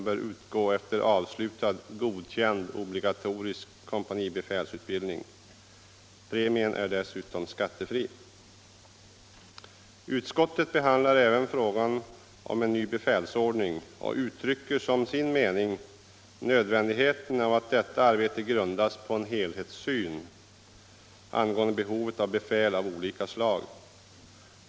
bör utgå efter avslutad godkänd obligatorisk kompanibefälsutbildning. Premien skall dessutom vara skattefri. Utskottet behandlar även frågan om en ny befälsordning och uttrycker som sin mening nödvändigheten av att detta arbete grundas på en helhetssyn angående behovet av befäl av olika slag.